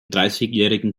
dreißigjährigen